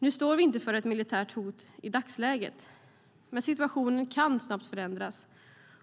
Nu står vi inte inför ett militärt hot i dagsläget men situationen kan snabbt förändras,